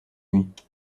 nuit